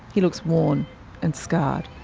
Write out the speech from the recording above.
he looks worn and scarred.